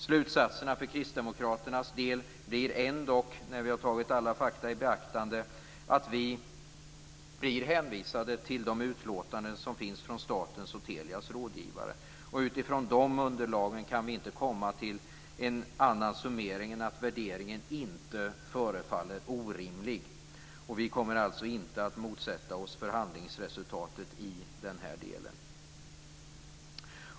Slutsatsen för Kristdemokraternas del blir ändock, när vi har tagit alla fakta i beaktande, att vi är hänvisade till de utlåtanden som finns från statens och Telias rådgivare. Utifrån detta underlag kan vi inte komma till en annan summering än att värderingen inte förefaller orimlig. Vi kommer alltså inte att motsätta oss förhandlingsresultatet i denna del.